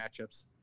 matchups